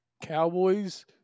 Cowboys